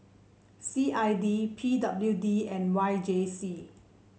C I D P W D and Y J C